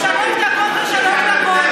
שלוש דקות זה שלוש דקות.